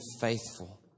faithful